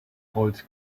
holz